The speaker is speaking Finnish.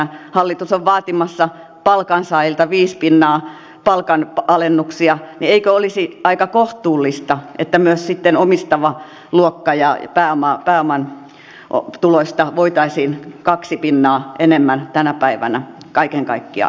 kun hallitus on vaatimassa palkansaajilta viisi pinnaa palkanalennuksia niin eikö olisi aika kohtuullista että myös sitten omistava luokka voisi ja pääomatuloista voitaisiin kaksi pinnaa enemmän tänä päivänä kaiken kaikkiaan maksaa